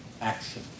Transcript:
action